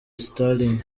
sterling